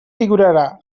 figurarà